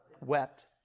Wept